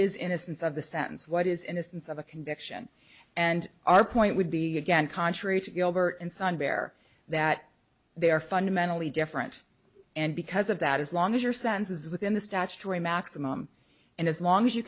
is innocence of the sentence what is innocence of a conviction and our point would be again contrary to gilbert and son bear that they are fundamentally different and because of that as long as your senses within the statutory maximum and as long as you